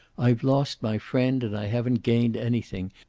i've lost my friend, and i haven't gained anything.